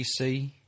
PC